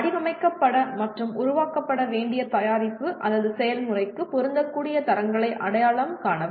வடிவமைக்கப்பட மற்றும் உருவாக்கப்பட வேண்டிய தயாரிப்பு அல்லது செயல்முறைக்கு பொருந்தக்கூடிய தரங்களை அடையாளம் காணவும்